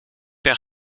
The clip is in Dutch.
per